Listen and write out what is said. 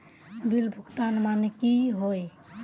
Bill भुगतान माने की होय?